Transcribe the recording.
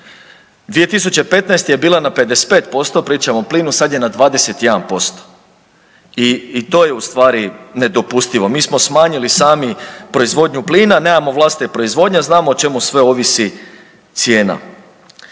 2015. je bila na 55%, pričamo o plinu, sad je na 21% i to je ustvari nedopustivo, mi smo smanjili sami proizvodnju plina, nemamo vlastite proizvodnje, a znamo o čemu sve ovisi cijena.